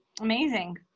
Amazing